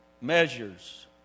Measures